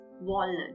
walnut